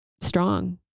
strong